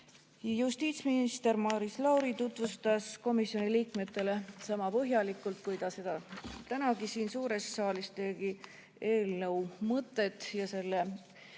Justiitsminister Maris Lauri tutvustas komisjoni liikmetele sama põhjalikult, nagu ta seda täna siin suures saalis tegi, eelnõu mõtet, selle